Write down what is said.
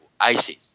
ISIS